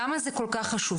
למה זה כל כך חשוב?